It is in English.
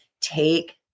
take